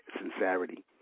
sincerity